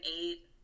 eight